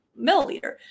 milliliter